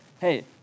hey